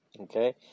Okay